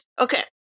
Okay